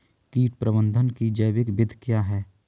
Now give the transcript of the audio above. कीट प्रबंधक की जैविक विधि क्या है?